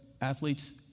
Athletes